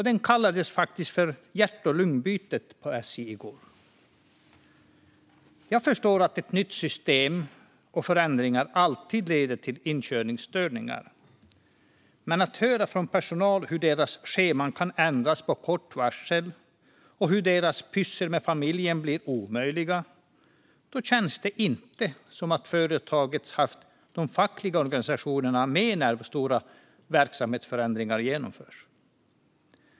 Det kallades faktiskt för hjärt-lungbytet på mötet i går. Jag förstår att ett nytt system och förändringar alltid leder till inkörningsstörningar. Men när man får höra från personal hur deras scheman kan ändras på kort varsel och hur deras pussel med familjen blir omöjliga känns det inte som att företaget haft de fackliga organisationerna med när stora verksamhetsförändringar genomförts.